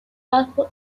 output